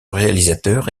réalisateur